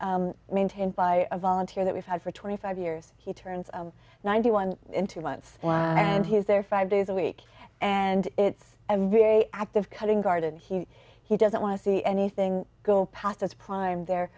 maintained by a volunteer that we've had for twenty five years he turns of ninety one in two months and he's there five days a week and it's a very active cutting garden he he doesn't want to see anything go past that's prime there